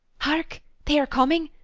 hark! they are coming!